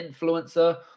influencer